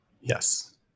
Yes